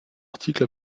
article